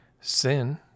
sin